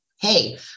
hey